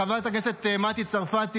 חברת הכנסת מטי צרפתי,